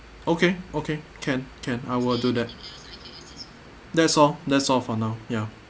okay okay can can I will do that that's all that's all for now ya